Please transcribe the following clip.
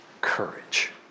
courage